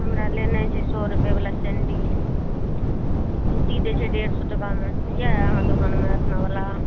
हमरा लेनाइ छै सओ रुपैआवला सैण्डिल जूती दै छै डेढ़ सओ टाकामे यए अहाँके दोकानमे एतनावला